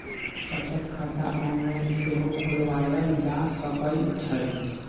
बचत खता ऑनलाइन सेहो खोलवायल जा सकइ छइ